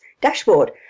dashboard